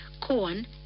corn